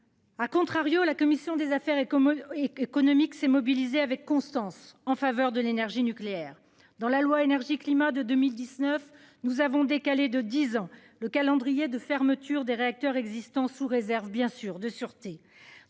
À contrario, la commission des affaires et comme. Économique s'est mobilisée avec constance en faveur de l'énergie nucléaire dans la loi énergie-climat de 2019 nous avons décalé de 10 ans. Le calendrier de fermeture des réacteurs existants, sous réserve bien sûr de sûreté